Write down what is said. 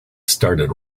started